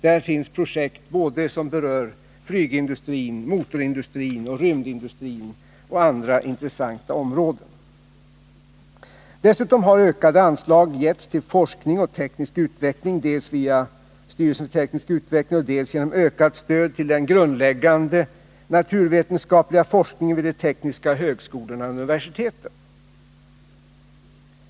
Där finns projekt som berör flygindustrin, motorindustrin, rymdindustrin och andra intressanta områden. Dessutom har ökade anslag getts till forskning och teknisk utveckling dels via styrelsen för teknisk utveckling, dels genom ökat stöd till den grundläggande naturvetenskapliga forskningen vid de tekniska högskolorna och universiteten.